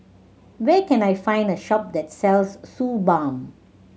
where can I find a shop that sells Suu Balm